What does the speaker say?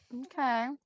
Okay